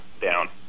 down